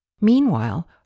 Meanwhile